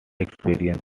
experience